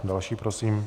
Další prosím.